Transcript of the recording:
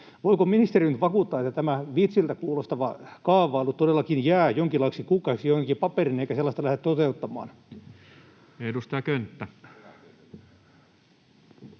Voiko ministeri nyt vakuuttaa, että tämä vitsiltä kuulostava kaavailu todellakin jää jonkinlaiseksi kukkaseksi joihinkin papereihin, eikä sellaista lähdetä toteuttamaan? [Speech 250]